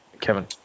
Kevin